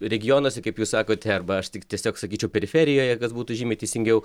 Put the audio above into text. regionuose kaip jūs sakot arba aš tik tiesiog sakyčiau periferijoje kas būtų žymiai teisingiau